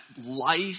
life